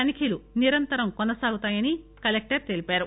తనిఖీలు నిరంతరం కొనసాగుతాయని కలెక్టర్ తెలిపారు